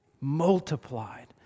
Multiplied